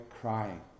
crying